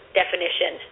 definition